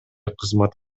кызмат